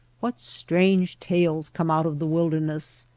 what strange tales come out of the wilderness!